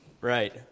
Right